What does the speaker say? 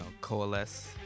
coalesce